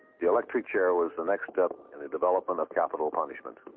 the electric chair was the next step in the development of capital punishment.